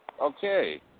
Okay